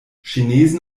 chinesen